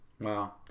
Wow